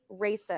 racist